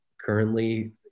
currently